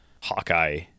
Hawkeye